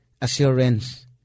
Assurance